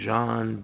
John